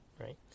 right